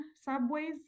subways